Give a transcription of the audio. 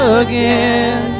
again